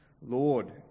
Lord